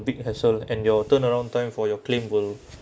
big hassle and your turnaround time for your claim will